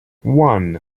one